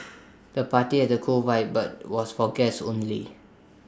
the party had A cool vibe but was for guests only